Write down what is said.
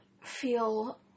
feel